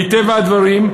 מטבע הדברים,